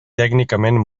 tècnicament